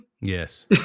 Yes